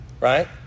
right